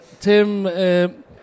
Tim